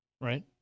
right